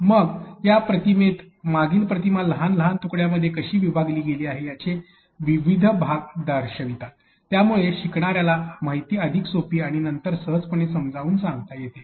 मग या प्रतिमेत मागील प्रतिमा लहान लहान तुकड्यांमध्ये कशी विभागली गेली आहे याचे विविध भाग दर्शवितात ज्यामुळे शिकणाऱ्याला माहिती अधिक सोपी आणि नंतर सहजपणे समजावून सांगता येते